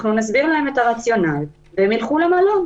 אנחנו נסביר להם את הרציונל והם ילכו למלון.